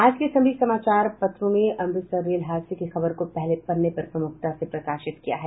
आज के सभी समाचार पत्रों अमृतसर रेल हादसे की खबर को पहले पन्ने पर प्रमुखता से प्रकाशित किया है